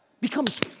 becomes